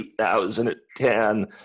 2010